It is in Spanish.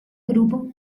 grupo